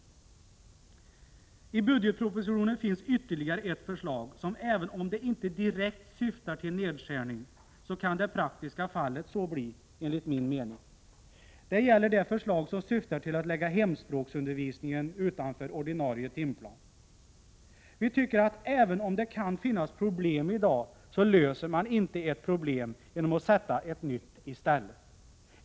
I budgetpropositionen finns ytterligare ett förslag som, även om det inte direkt innebär en nedskärning, i det praktiska fallet kan medföra det. Det är förslaget om att lägga hemspråksundervisningen utanför ordinarie timplan. Vi tycker, att även om det kan finnas problem i dag, skall man inte lösa ett problem och samtidigt skapa ett nytt i stället.